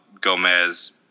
Gomez